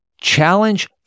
Challenge